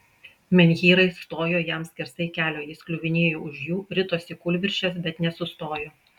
menhyrai stojo jam skersai kelio jis kliuvinėjo už jų ritosi kūlvirsčias bet nesustojo